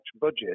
budget